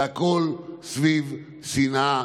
והכול סביב שנאה